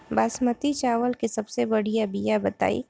बासमती चावल के सबसे बढ़िया बिया बताई?